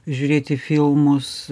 žiūrėti filmus